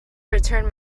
return